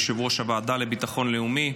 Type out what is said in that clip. יושב-ראש הוועדה לביטחון לאומי.